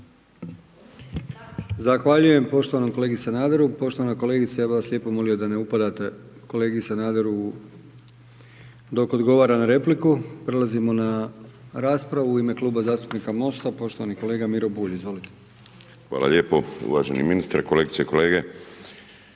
Hvala lijepo. Uvaženi ministre, kolegice i kolege.